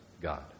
God